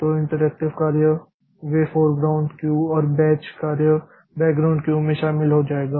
तो इंटरैक्टिव कार्य वे फोरग्राउंड क्यू और बैच कार्य बॅकग्राउंड क्यू में शामिल हो जाएगा